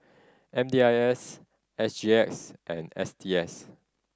M D I S S G X and S T S